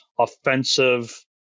offensive